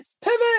pivot